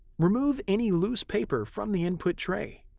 remove any loose paper from the input tray.